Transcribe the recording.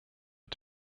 are